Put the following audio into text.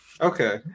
Okay